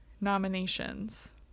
nominations